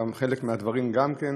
החולים עצמם,